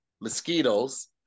mosquitoes